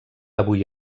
avui